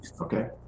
Okay